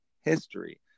history